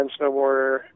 snowboarder